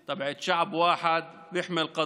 זה הוא מסר חשוב מאוד של עם אחד בנושא אחד.)